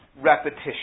repetition